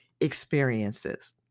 experiences